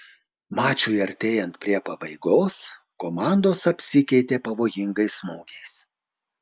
mačui artėjant prie pabaigos komandos apsikeitė pavojingais smūgiais